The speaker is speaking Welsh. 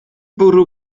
bwrw